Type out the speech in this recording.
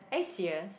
are you serious